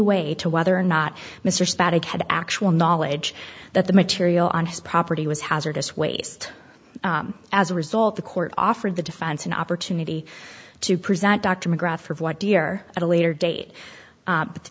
way to whether or not mr static had actual knowledge that the material on his property was hazardous waste as a result the court offered the defense an opportunity to present dr mcgrath for what dear at a later date but the